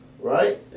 Right